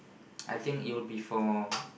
I think it would be for